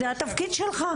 זה התפקיד שלך.